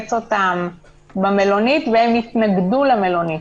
לשבץ אותם במלונית והם התנגדו למלונית.